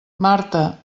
marta